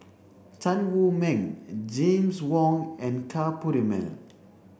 Tan Wu Meng James Wong and Ka Perumal